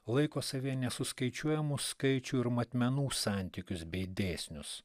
laiko savyje nesuskaičiuojamų skaičių ir matmenų santykius bei dėsnius